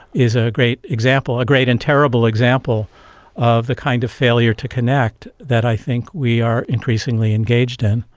is ah a great example, a great and terrible example of the kind of failure to connect that i think we are increasingly engaged in.